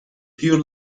pure